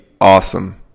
awesome